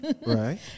right